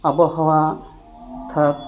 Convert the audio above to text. ᱟᱵᱚᱦᱟᱣᱟ